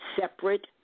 separate